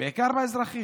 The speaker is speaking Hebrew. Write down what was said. בעיקר באזרחים.